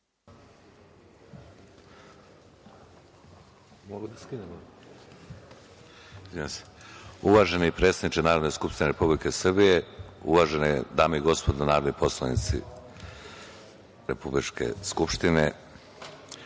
Uvaženi predsedniče Narodne skupštine Republike Srbije, uvažene dame i gospodo narodni poslanici republičke Skupštine,